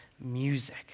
music